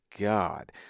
God